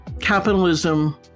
capitalism